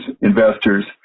investors